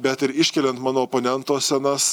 bet ir iškeliant mano oponento senas